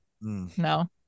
no